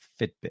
Fitbit